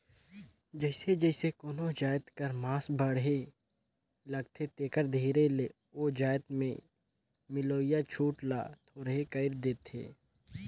जइसे जइसे कोनो जाएत कर मांग बढ़े लगथे तेकर धीरे ले ओ जाएत में मिलोइया छूट ल थोरहें कइर देथे